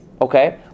Okay